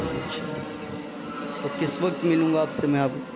اچھا تو کس وقت ملوں گا آپ سے میں اب